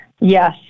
Yes